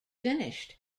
finished